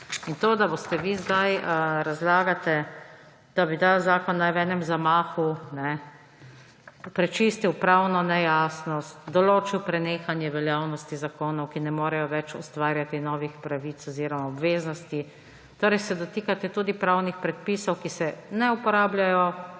In to, da vi zdaj razlagate, da naj bi ta zakon v enem zamahu prečistil pravno nejasnost, določil prenehanje veljavnosti zakonov, ki ne morejo več ustvarjati novih pravic oziroma obveznosti, torej se dotikate tudi pravnih predpisov, ki se ne uporabljajo